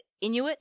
Inuit